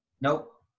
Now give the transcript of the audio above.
Nope